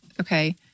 okay